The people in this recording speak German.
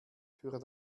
für